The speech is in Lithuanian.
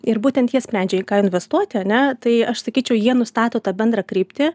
ir būtent jie sprendžia į ką investuoti ane tai aš sakyčiau jie nustato tą bendrą kryptį